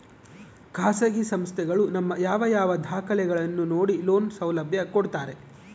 ಖಾಸಗಿ ಸಂಸ್ಥೆಗಳು ನಮ್ಮ ಯಾವ ಯಾವ ದಾಖಲೆಗಳನ್ನು ನೋಡಿ ಲೋನ್ ಸೌಲಭ್ಯ ಕೊಡ್ತಾರೆ?